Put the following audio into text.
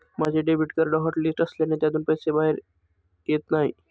माझे debit card hotlist असल्याने त्यातून पैसे बाहेर येत नाही